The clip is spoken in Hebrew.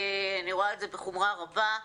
אני רואה את זה בחומרה רבה.